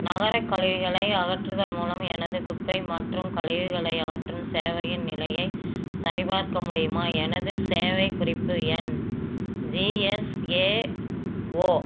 நகரக் கழிவுகளை அகற்றுதல் மூலம் எனது குப்பை மற்றும் கழிவுகளை அகற்றும் சேவையின் நிலையைச் சரிபார்க்க முடியுமா எனது சேவைக் குறிப்பு எண் ஜிஎஸ்ஏஓ